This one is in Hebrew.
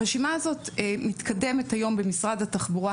הרשימה הזאת מתקדמת היום במשרד התחבורה